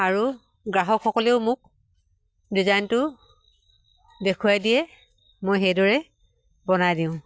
আৰু গ্ৰাহকসকলেও মোক ডিজাইনটো দেখুৱাই দিয়ে মই সেইদৰে বনাই দিওঁ